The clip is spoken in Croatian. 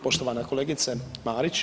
Poštovana kolegice Marić.